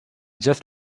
just